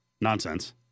Nonsense